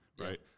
right